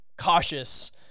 cautious